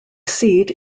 seat